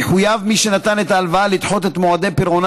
יחויב מי שנתן את ההלוואה לדחות את מועדי פירעונה